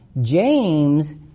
James